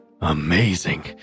Amazing